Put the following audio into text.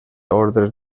ordres